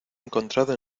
encontrado